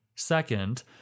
Second